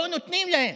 לא נותנים להם.